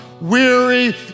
Weary